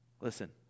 Listen